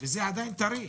וזה עדיין טרי.